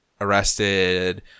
arrested